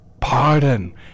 Pardon